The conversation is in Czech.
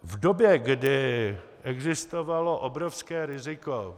V době, kdy existovalo obrovské riziko...